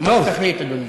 אז תחליט, אדוני.